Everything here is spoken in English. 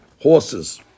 horses